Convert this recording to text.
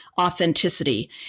authenticity